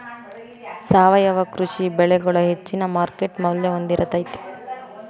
ಸಾವಯವ ಕೃಷಿ ಬೆಳಿಗೊಳ ಹೆಚ್ಚಿನ ಮಾರ್ಕೇಟ್ ಮೌಲ್ಯ ಹೊಂದಿರತೈತಿ